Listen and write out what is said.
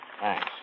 Thanks